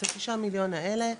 את הששה מיליון האלה,